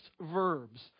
verbs